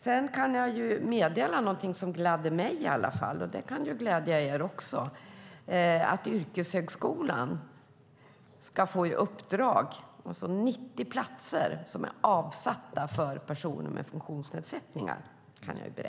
Jag kan meddela något som i alla fall gladde mig, och det kan ju glädja er också. Det är att yrkeshögskolan ska få 90 platser som är avsedda för personer med funktionsnedsättningar.